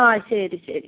ആ ശരി ശരി